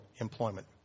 employment